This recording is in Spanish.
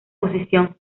posición